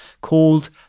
called